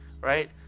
right